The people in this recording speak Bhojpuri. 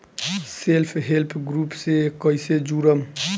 सेल्फ हेल्प ग्रुप से कइसे जुड़म?